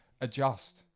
Adjust